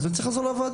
מה רע בזה?